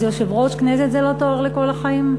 אז יושב-ראש כנסת זה לא תואר לכל החיים?